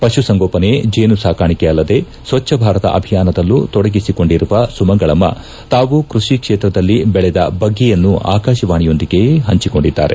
ಪಶುಸಂಗೋಪನೆ ಜೇನು ಸಾಕಾಣಿಕೆ ಅಲ್ಲದೆ ಸ್ವಚ್ದ ಭಾರತ ಅಭಿಯಾನದಲ್ಲೂ ತೊಡಗಿಸಿಕೊಂಡಿರುವ ಸುಮಂಗಳಮ್ನ ತಾವು ಕೈಷಿ ಕ್ಷೇತ್ರದಲ್ಲಿ ಬೆಳೆದ ಬಗೆಯನ್ನು ಆಕಾಶವಾಣಿಯೊಂದಿಗೆ ಹಂಚಿಕೊಂಡಿದ್ದಾರೆ